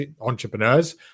entrepreneurs